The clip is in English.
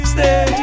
Stay